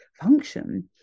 function